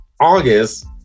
August